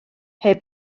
heb